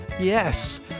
Yes